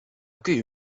accueil